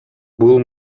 бул